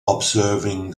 observing